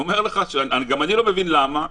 גם אני לא מבין למה,